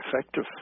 effective